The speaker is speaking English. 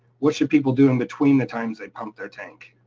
what should people do in between the times they pump their tank?